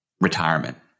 retirement